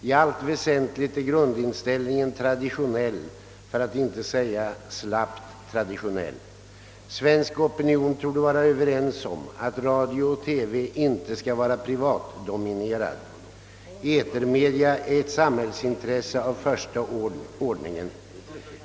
I allt väsentligt är grundinställningen traditionell för att inte säga slappt traditionell. — Svensk opinion torde vara överens om, att radio och TV inte skall vara privatdominerad, Etermedia är ett samhällsintresse av första ordningen.